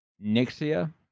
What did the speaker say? Nixia